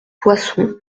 poisson